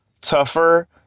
tougher